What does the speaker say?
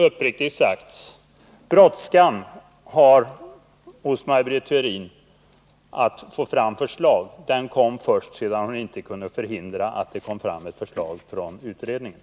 Uppriktigt sagt: brådskan hos Maj Britt Theorin att få fram förslag, den kom först sedan det blev klart att hon inte kunde förhindra att det kom fram förslag från utredningen.